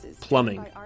plumbing